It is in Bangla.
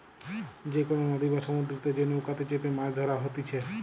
যে কোনো নদী বা সমুদ্রতে যে নৌকাতে চেপেমাছ ধরা হতিছে